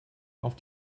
auf